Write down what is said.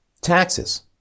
taxes